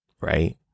right